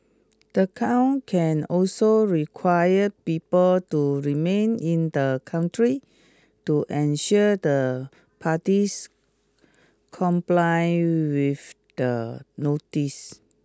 the count can also require people to remain in the country to ensure the parties comply with the notice